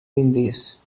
indis